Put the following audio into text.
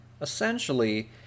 Essentially